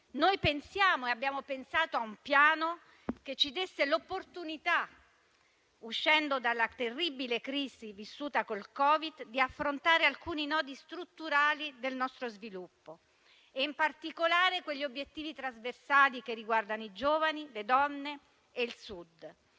Noi pensiamo e abbiamo pensato a un piano che ci desse l'opportunità, uscendo dalla terribile crisi vissuta con il Covid, di affrontare alcuni nodi strutturali del nostro sviluppo, in particolare quegli obiettivi trasversali che riguardano i giovani, le donne e il Sud.